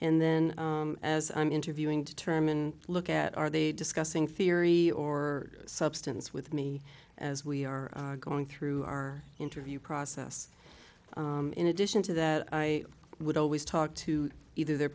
and then as i'm interviewing determine look at are they discussing theory or substance with me as we are going through our interview process in addition to that i would always talk to either their